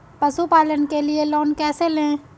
पशुपालन के लिए लोन कैसे लें?